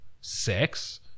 sex